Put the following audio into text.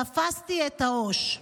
תפסתי את הראש.